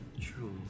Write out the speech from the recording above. true